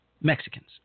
Mexicans